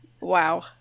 Wow